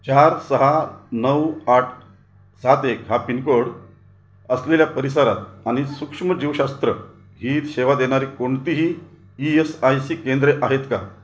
चार सहा नऊ आठ सात एक हा पिनकोड असलेल्या परिसरात आणि सूक्ष्मजीवशास्त्र ही सेवा देणारी कोणतीही ई एस आय सी केंद्रे आहेत का